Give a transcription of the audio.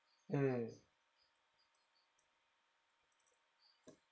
mm